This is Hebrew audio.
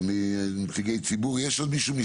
מנציגי ציבור יש עוד מישהו?